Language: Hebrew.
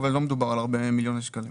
אבל לא מדובר על הרבה מיליוני שקלים.